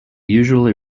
usually